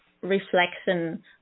reflection